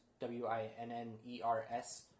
W-I-N-N-E-R-S